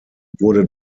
wurde